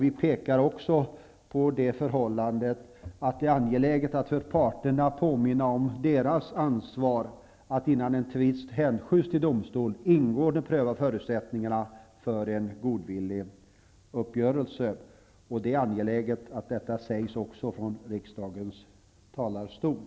Vi understryker också parternas ansvar att innan en tvist hänskjuts till domstol ingående pröva förutsättningarna för en godvillig uppgörelse. Det är angeläget att detta sägs också från kammarens talarstol.